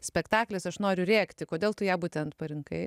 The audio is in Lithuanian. spektaklis aš noriu rėkti kodėl tu ją būtent parinkai